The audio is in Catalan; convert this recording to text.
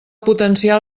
potenciar